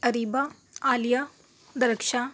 Areeba Aliya Darakhshan